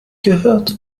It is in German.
gehört